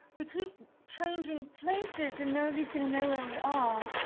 we keep changing places and nobody's going to know where we are.